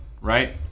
right